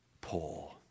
poor